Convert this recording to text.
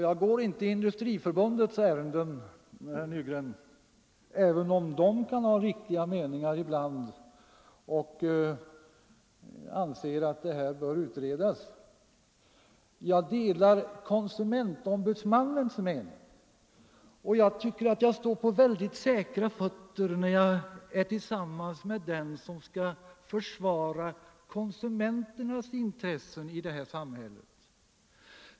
Jag går inte Industriförbundets ärenden, herr Nygren, även om detta förbund kan ha riktiga meningar ibland och anser att denna fråga bör utredas. Jag delar konsumentombudsmannens mening, och jag tycker att jag står på säker grund när jag går tillsammans med den som skall försvara konsumenternas intressen i det här samhället.